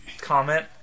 comment